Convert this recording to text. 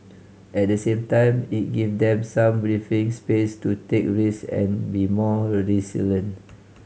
at the same time it give them some breathing space to take risk and be more resilient